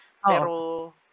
pero